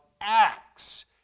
Acts